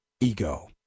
ego